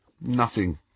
Nothing